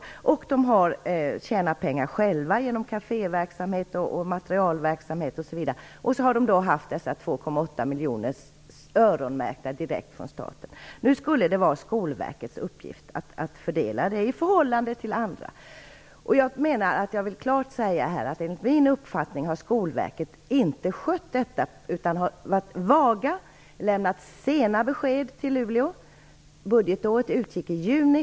Man har också själv tjänat pengar genom kaféverksamhet osv. Därutöver har man fått dessa öronmärkta 2,8 miljoner direkt från staten. Nu är det Skolverkets uppgift att fördela pengarna i förhållande till andra ändamål. Jag vill klart säga att enligt min uppfattning har inte Skolverket skött sin uppgift. Man har varit vag och lämnat sena besked till Luleå. Budgetåret gick ut i juni.